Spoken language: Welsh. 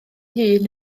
hun